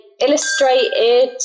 illustrated